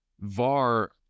VAR